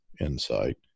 insight